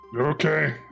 Okay